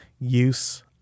use